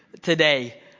today